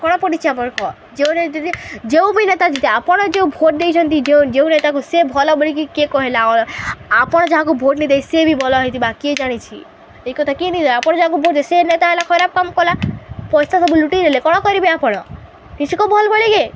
କ'ଣ ପଡ଼ିଛି ଆପଣ କ ଯେଉଁ ଯେଉଁ ବି ନେତା ଜିତେ ଆପଣ ଯେଉଁ ଭୋଟ ଦେଇଛନ୍ତି ଯେଉଁ ଯେଉଁ ନେତାକୁ ସେ ଭଲ ବୋଲିକି କିଏ କହିଲା ଆ ଆପଣ ଯାହାକୁ ଭୋଟ ନାଇଁ ଦେଇ ସେ ବି ଭଲ ହେଇଥିବା କିଏ ଜାଣିଛିି ଏ କଥା କିଏ ନେଇ ଜାନେ ଆପଣ ଯାହାକୁ ଭୋଟ ଦେବେ ସେ ନେତା ହେଲା ଖରାପ କାମ କଲା ପଇସା ସବୁ ଲୁଟିଦେଲେ କ'ଣ କରିବେ ଆପଣ ନିଜକୁ ଭଲ କରିବେ